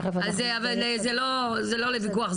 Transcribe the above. אבל זה לא לוויכוח.